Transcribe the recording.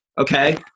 Okay